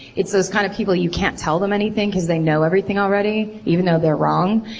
it's those kind of people. you can't tell them anything because they know everything already, even though they're wrong.